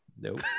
Nope